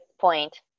point